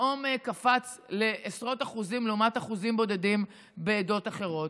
פתאום קפצו לעשרות אחוזים לעומת אחוזים בודדים בעדות אחרות.